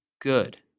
Good